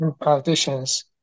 politicians